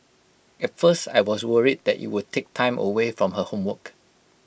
at first I was worried that IT would take time away from her homework